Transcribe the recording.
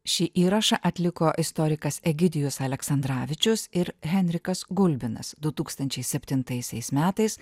šį įrašą atliko istorikas egidijus aleksandravičius ir henrikas gulbinas du tūkstančiai septintaisiais metais